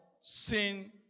sin